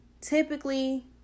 typically